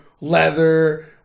leather